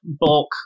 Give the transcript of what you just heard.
bulk